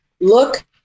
look